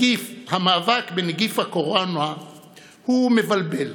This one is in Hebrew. המאבק בנגיף הקורונה הוא מבלבל,